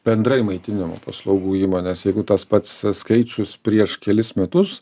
bendrai maitinimo paslaugų įmonės jeigu tas pats skaičius prieš kelis metus